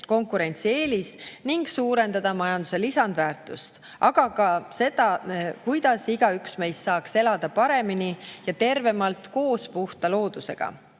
konkurentsieelis ning suurendada majanduse lisandväärtust, aga ka seda, kuidas igaüks meist saaks elada paremini ja tervemalt koos puhta loodusega.